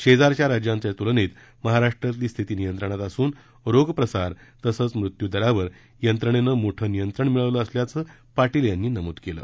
शेजारच्या राज्यांच्या तुलनेत महाराष्ट्रातली स्थिती नियंत्रणात असून रोग प्रसार तसंच मृत्यू दरावर यंत्रणेनं मोठं नियंत्रण मिळवलं असल्याचं पाटील यांनी नमूद केलं